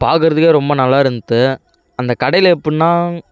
பார்க்கறத்துக்கே ரொம்ப நல்லா இருந்தது அந்த கடையில் எப்புடின்னா